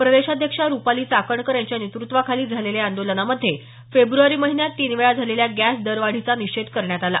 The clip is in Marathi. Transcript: प्रदेशाध्यक्षा रुपाली चाकणकर यांच्या नेतुत्वाखाली झालेल्या या आंदोलनामध्ये फेब्रवारी महिन्यात तीन वेळा झालेल्या गॅस दरवाढीचा निषेध करण्यात आला